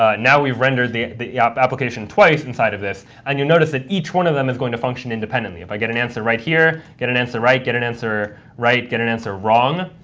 ah now we've rendered the the ah application twice inside of this. and you'll notice that each one of them is going to function independently. if i get an answer right here, get an answer right, get an answer right, get an answer wrong,